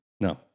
No